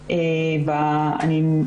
לנוסעים,